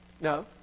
No